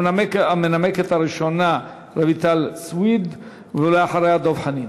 המנמקת הראשונה, רויטל סויד, ואחריה, דב חנין.